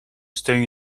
steun